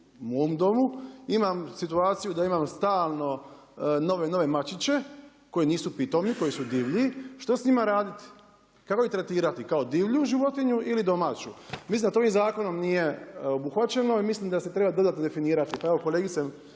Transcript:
u mom domu, imam situaciju da imam stalno nove mačiće koji nisu pitomi, koji su divlji. Što s njima raditi? Kako ih tretirati? Kao divlju životinju ili domaću? Mislim da to ovim zakonom nije obuhvaćeno i mislim da se treba dodatno definirati.